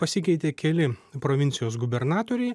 pasikeitė keli provincijos gubernatoriai